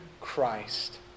Christ